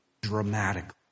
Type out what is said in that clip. dramatically